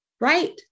Right